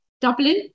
Dublin